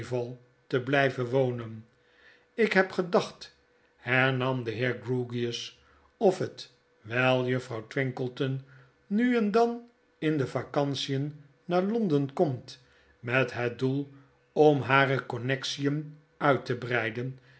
te blyven wonen ik heb gedacht hernam de heer grewgious fl of het wyl juffrouw twinkleton nu en dan in de vacantien naar londen komt met het doel om hare connection uit te breiden